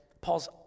Paul's